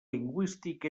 lingüístic